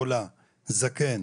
זקן,